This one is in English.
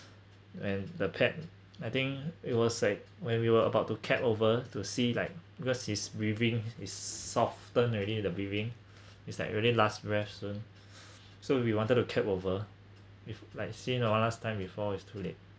and the pet I think it was like when we were about to cab over to see like because its breathing is soften already the breathing is like really last breath soon so we wanted to cab over with like see it one last time before it's too late